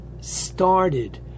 started